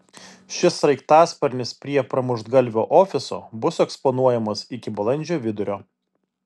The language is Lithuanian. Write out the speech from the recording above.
šis sraigtasparnis prie pramuštgalvio ofiso bus eksponuojamas iki balandžio vidurio